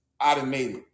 automated